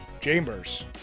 chambers